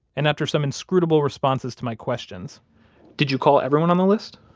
and after some inscrutable responses to my questions did you call everyone on the list?